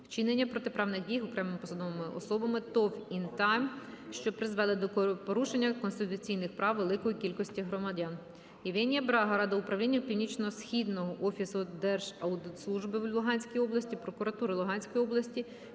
вчинення протиправних дій окремими посадовими особами ТОВ "Ін-Тайм", що призвели до порушення конституційних прав великої кількості громадян. Євгенія Брагара до Управління Північно-східного офісу Держаудитслужби в Луганській області, прокуратури Луганської області